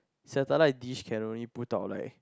satellite dish can only put out like